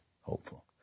hopeful